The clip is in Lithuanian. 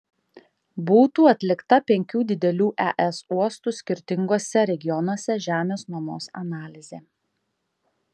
būtų atlikta penkių didelių es uostų skirtinguose regionuose žemės nuomos analizė